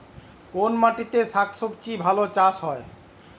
কোন মাটিতে শাকসবজী ভালো চাষ হয়?